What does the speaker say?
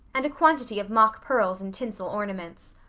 and a quantity of mock pearls and tinsel ornaments.